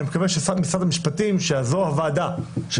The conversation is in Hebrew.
אני מקווה שמשרד המשפטים שזו הוועדה של